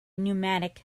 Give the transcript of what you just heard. pneumatic